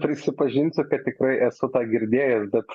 prisipažinsiu kad tikrai esu tą girdėjęs bet